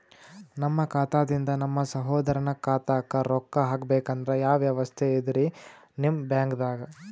ನಮ್ಮ ಖಾತಾದಿಂದ ನಮ್ಮ ಸಹೋದರನ ಖಾತಾಕ್ಕಾ ರೊಕ್ಕಾ ಹಾಕ್ಬೇಕಂದ್ರ ಯಾವ ವ್ಯವಸ್ಥೆ ಇದರೀ ನಿಮ್ಮ ಬ್ಯಾಂಕ್ನಾಗ?